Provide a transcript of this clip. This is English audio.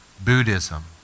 Buddhism